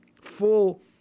full